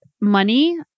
money